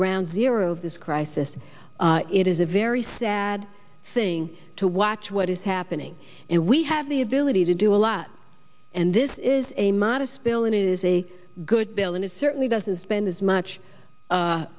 ground zero of this crisis it is a very sad thing to watch what is happening and we have the ability to do a lot and this is a modest bill and it is a good bill and it certainly doesn't spend as much